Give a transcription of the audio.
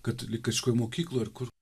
kad kažkokioj mokykloj ar kur